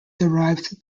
derived